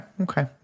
okay